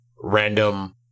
random